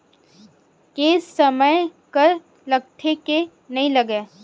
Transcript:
के समय कर लगथे के नइ लगय?